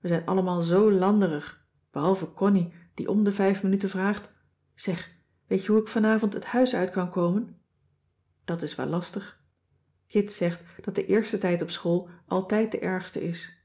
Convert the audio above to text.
we zijn allemaal zoo landerig behalve connie die om de vijf minuten vraagt zeg weet jij hoe ik vanavond het huis uit kan komen dat is wel lastig kit zegt dat de eerste tijd op school altijd de ergste is